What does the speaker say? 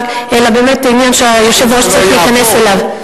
אלא זה באמת עניין שהיושב-ראש צריך להיכנס אליו.